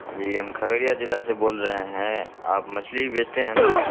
جی ہم کھگڑیا ضلع سے بول رہے ہیں آپ مچھلی بھی بیچتے ہیں نا